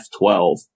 F12